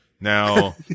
Now